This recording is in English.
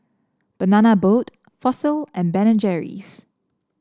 Banana Boat Fossil and Ben and Jerry's